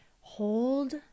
hold